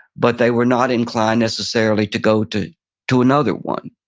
but they were not inclined, necessarily, to go to to another one.